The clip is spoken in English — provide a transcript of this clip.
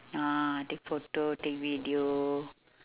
ah take photo take video